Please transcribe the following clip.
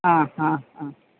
ആ ആ ആ